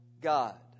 God